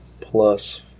plus